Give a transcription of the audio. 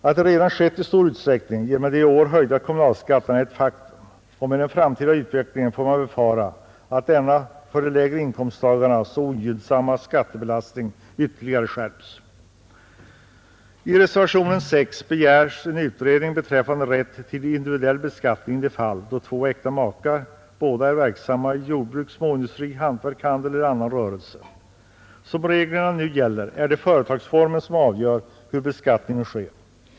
Att detta redan skett i stor utsträckning genom de i år höjda kommunalskatterna är ett faktum, och med den framtida utvecklingen får man befara att denna för de lägre inkomsttagarna så ogynnsamma skattebelastning ytterligare skärps. Med gällande regler är det företagsformen som avgör hur beskattningen sker.